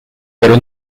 pero